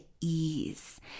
ease